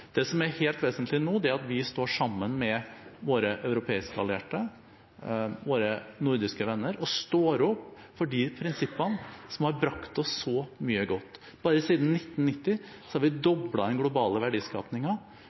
Det som er helt vesentlig nå, er at vi står sammen med våre europeiske allierte og våre nordiske venner og står opp for de prinsippene som har brakt oss så mye godt. Bare siden 1990 har vi doblet den globale verdiskapingen, men samtidig har vi